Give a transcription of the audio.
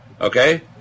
Okay